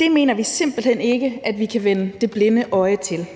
Det mener vi simpelt hen ikke vi kan vende det blinde øje til.